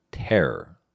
Terror